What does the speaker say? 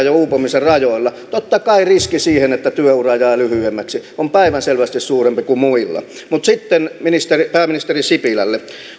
uupumisen rajoilla riski siihen että työura jää lyhyemmäksi on totta kai päivänselvästi suurempi kuin muilla mutta sitten pääministeri sipilälle